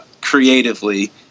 creatively